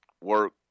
Work